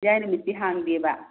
ꯏꯔꯥꯏ ꯅꯨꯃꯤꯠꯇꯤ ꯍꯥꯡꯗꯦꯕ